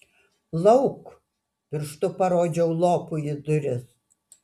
lauk pirštu parodžiau lopui į duris